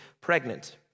pregnant